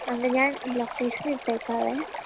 ഞാൻ ലൊക്കേഷൻ ഇട്ടേക്കാവേ